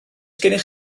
gennych